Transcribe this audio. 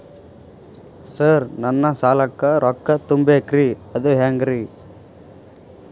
Sir ನನ್ನ ಸಾಲಕ್ಕ ರೊಕ್ಕ ತುಂಬೇಕ್ರಿ ಅದು ಹೆಂಗ್ರಿ?